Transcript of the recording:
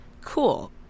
Cool